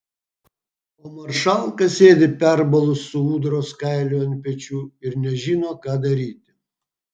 o maršalka sėdi perbalus su ūdros kailiu ant pečių ir nežino ką daryti